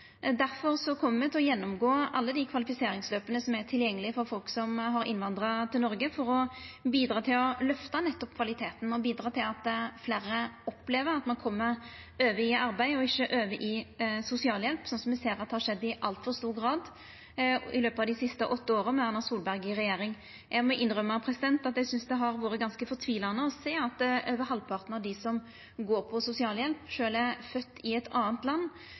me til å gjennomgå alle dei kvalifiseringsløpa som er tilgjengelege for folk som har innvandra til Noreg, for å bidra til å løfta kvaliteten og bidra til at fleire opplever at ein kjem over i arbeid, og ikkje over i sosialhjelp, slik me ser har skjedd i altfor stor grad i løpet av dei siste åtte åra med Erna Solberg i regjering. Eg må innrømma at eg synest det har vore ganske fortvilande å sjå at over halvparten av dei som går på sosialhjelp, er fødde i eit anna land.